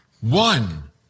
one